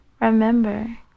Remember